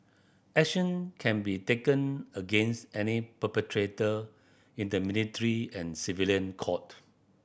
action can be taken against any perpetrator in the military and civilian court